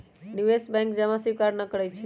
निवेश बैंक जमा स्वीकार न करइ छै